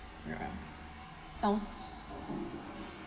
ya sounds